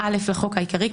לחוק חדלות